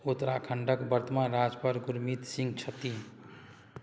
उत्तराखण्डके वर्तमान राज्यपाल गुरमीत सिंह छथि